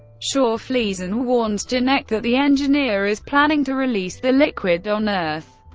shaw flees and warns janek that the engineer is planning to release the liquid on earth,